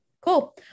cool